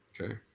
Okay